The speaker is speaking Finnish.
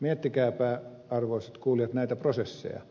miettikääpä arvoisat kuulijat näitä prosesseja